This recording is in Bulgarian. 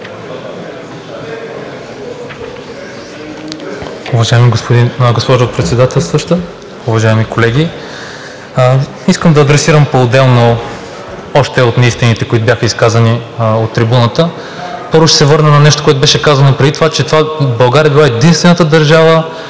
Уважаема госпожо Председателстваща, уважаеми колеги! Искам да адресирам поотделно още от неистините, които бяха изказани от трибуната. Първо ще се върна на нещо, което беше казано преди това, че България била единствената държава,